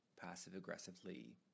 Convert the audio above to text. passive-aggressively